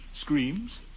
screams